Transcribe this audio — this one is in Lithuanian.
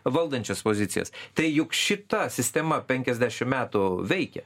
valdančias pozicijas tai juk šita sistema penkiasdešim metų veikė